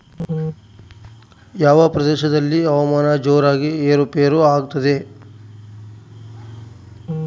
ಯಾವ ಪ್ರದೇಶಗಳಲ್ಲಿ ಹವಾಮಾನ ಜೋರಾಗಿ ಏರು ಪೇರು ಆಗ್ತದೆ?